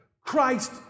Christ